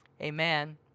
amen